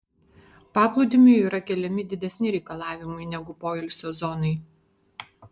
paplūdimiui yra keliami didesni reikalavimai negu poilsio zonai